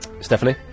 Stephanie